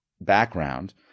background